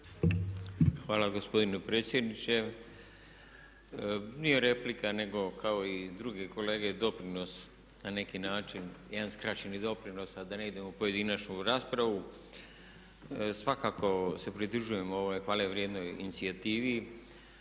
Hvala gospodine predsjedniče. Nije replika nego kao i druge kolege doprinos na neki način, jedan skraćeni doprinos a da ne idemo u pojedinačnu raspravu. Svakako se pridružujemo ovoj hvale vrijednoj inicijativi.